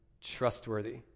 trustworthy